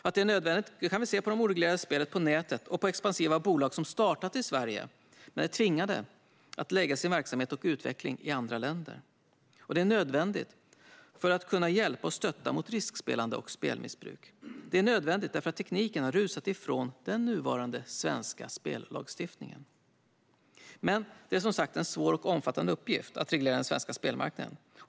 Att det är nödvändigt kan vi se på det oreglerade spelet på nätet och på expansiva bolag som startat i Sverige men blivit tvingade att lägga sin verksamhet och utveckling i andra länder. Det är också nödvändigt för att man ska kunna hjälpa och stötta personer som fastnat i riskspelande och spelmissbruk. Det är nödvändigt därför att tekniken har rusat ifrån den nuvarande svenska spellagstiftningen. Men det är, som sagt, en svår och omfattande uppgift att reglera den svenska spelmarknaden.